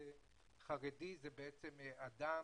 שחרדי זה בעצם אדם